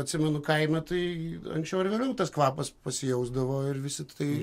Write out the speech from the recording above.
atsimenu kaime tai anksčiau ar vėliau tas kvapas pasijausdavo ir visi tai